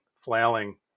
flailing